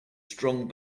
strong